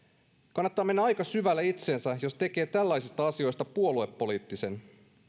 kannattaa mennä aika syvälle itseensä jos tekee tällaisista asioista puoluepoliittisen sitä